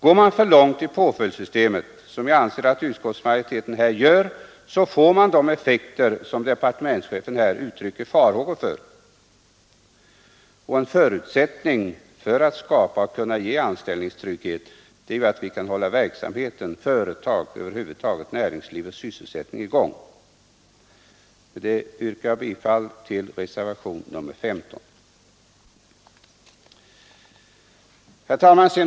Går man för långt i påföljdssystemet, som jag anser att utskottsmajoriteten här gör, får man de effekter som departementschefen uttrycker farhågor för. Och en förutsättning för att skapa och kunna ge anställningstrygghet är att vi kan hålla verksamheten — över huvud taget näringslivet och sysselsättningen — i gång. Jag yrkar med det anförda bifall till reservationen 15.